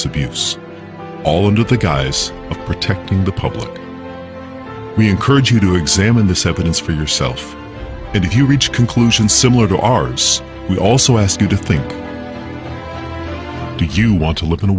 abuse all under the guise of protecting the public we encourage you to examine the sevens for yourself and if you reach conclusions similar to ours we also ask you to think do you want to live in a